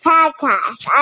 Podcast